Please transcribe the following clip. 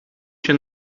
się